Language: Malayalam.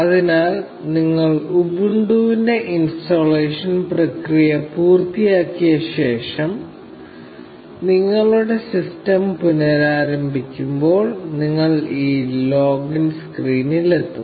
അതിനാൽ നിങ്ങൾ ഉബുണ്ടുവിന്റെ ഇൻസ്റ്റാളേഷൻ പ്രക്രിയ പൂർത്തിയാക്കിയ ശേഷം നിങ്ങളുടെ സിസ്റ്റം പുനരാരംഭി ക്കുമ്പോൾ നിങ്ങൾ ഈ ലോഗിൻ സ്ക്രീനിൽ എത്തും